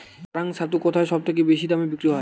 কাড়াং ছাতু কোথায় সবথেকে বেশি দামে বিক্রি হয়?